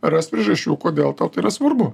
rast priežasčių kodėl tau tai yra svarbu